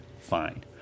fine